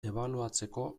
ebaluatzeko